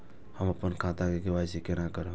हम अपन खाता के के.वाई.सी केना करब?